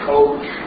Coach